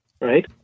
right